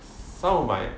some of my